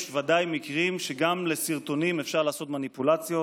יש ודאי מקרים שגם לסרטונים אפשר לעשות מניפולציות,